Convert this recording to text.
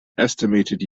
estimated